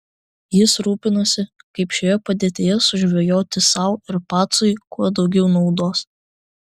jis rūpinosi kaip šioje padėtyje sužvejoti sau ir pacui kuo daugiau naudos